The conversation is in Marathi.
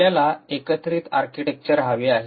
आपल्याला एकत्रित आर्किटेक्चर हवे आहे